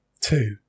Two